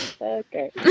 Okay